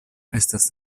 estas